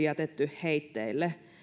jätetty heitteille